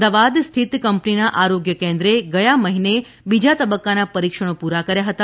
અમદાવાદ સ્થિત કંપનીના આરોગ્ય કેન્દ્રે ગયા મહિને બીજા તબક્કાના પરીક્ષણો પુરા કર્યા હતા